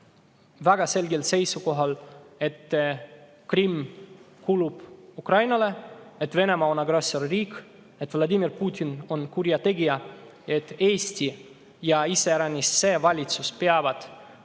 väga selgelt seisukohal, et Krimm kuulub Ukrainale, et Venemaa on agressorriik, et Vladimir Putin on kurjategija, et Eesti ja iseäranis see valitsus peavad toetama